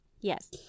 Yes